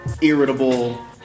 irritable